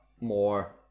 more